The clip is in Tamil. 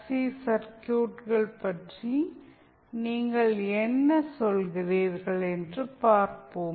சி சர்க்யூட்கள் பற்றி நீங்கள் என்ன சொல்கிறீர்கள் என்று பார்ப்போம்